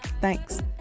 Thanks